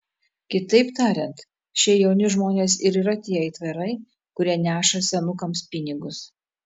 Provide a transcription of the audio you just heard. kitaip tariant šie jauni žmonės ir yra tie aitvarai kurie neša senukams pinigus